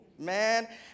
Man